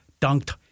dunked